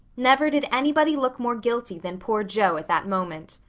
never did anybody look more guilty than poor joe at that moment.